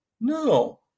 no